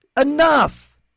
Enough